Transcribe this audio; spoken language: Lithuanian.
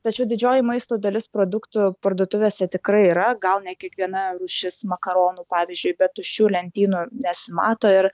tačiau didžioji maisto dalis produktų parduotuvėse tikrai yra gal ne kiekviena rūšis makaronų pavyzdžiui bet tuščių lentynų nesimato ir